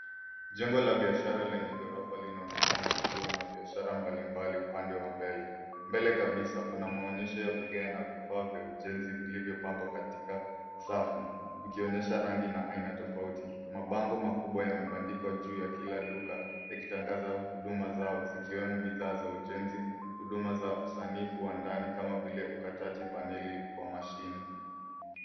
Jengo la biashara lenye ghorofa linaonekana likiwa na biashara mbalimbali upande wa mbele. Mbele kabisa kuna maonyesho ya vigae na vifaa vya ujenzi vilivyopangwa katika safu, vikionyesha rangi na aina tofauti. Mabango makubwa yamebandikwa juu ya kila duka yakitangaza huduma zao, zikiwemo bidhaa za ujenzi, huduma za usanifu wa ndani kama vile ukataji paneli kwa mashini.